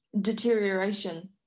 deterioration